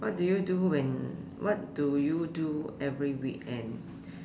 what do you do when what do you do every weekend